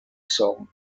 song